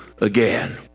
again